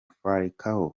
falcao